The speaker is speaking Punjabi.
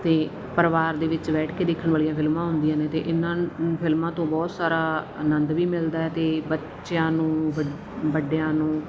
ਤੇ ਪਰਿਵਾਰ ਦੇ ਵਿੱਚ ਬੈਠ ਕੇ ਦੇਖਣ ਵਾਲੀਆਂ ਫਿਲਮਾਂ ਆਉਂਦੀਆਂ ਨੇ ਤੇ ਇਹਨਾਂ ਫਿਲਮਾਂ ਤੋਂ ਬਹੁਤ ਸਾਰਾ ਆਨੰਦ ਵੀ ਮਿਲਦਾ ਤੇ ਬੱਚਿਆਂ ਨੂੰ ਵੱਡੇ ਵੱਡਿਆਂ ਨੂੰ